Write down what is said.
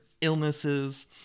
illnesses